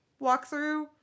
walkthrough